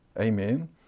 Amen